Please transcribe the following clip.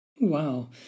Wow